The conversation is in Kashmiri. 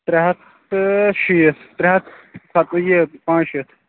ترٛےٚ ہَتھ تہٕ شیٖتھ ترٛےٚ ہَتھ پتہٕ یہِ پانٛژ شیٖتھ